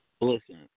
Listen